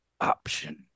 option